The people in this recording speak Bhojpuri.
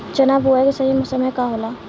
चना बुआई के सही समय का होला?